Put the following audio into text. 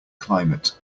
climate